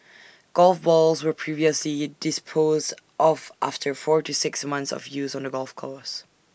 golf balls were previously disposed of after four to six months of use on the golf course